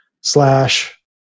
slash